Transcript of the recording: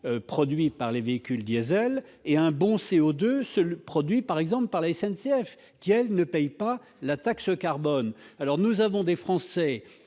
produit par les véhicules diesel, et un bon CO2 produit, par exemple, par la SNCF qui, elle, ne paie pas la taxe carbone. Des Français,